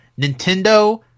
Nintendo